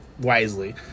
wisely